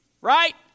right